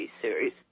series